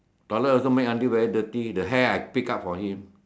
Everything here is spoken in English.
toilet also make until very dirty the hair I pick up for him